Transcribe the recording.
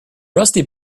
rusty